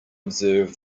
observe